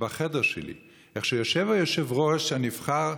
בחדר שלי איך שיושב היושב-ראש הנבחר,